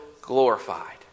glorified